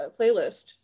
playlist